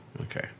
Okay